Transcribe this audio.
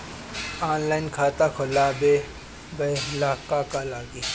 Online खाता खोलबाबे ला का का लागि?